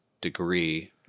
degree